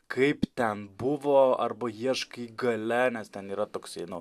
kaip ten buvo arba ieškai gale nes ten yra toksai nu